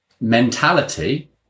mentality